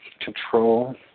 control